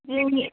जोंनि